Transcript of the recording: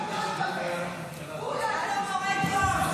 --- היה לו מורה טוב.